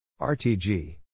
RTG